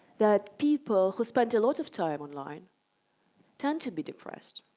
that people who spent a lot of time online tend to be depressed.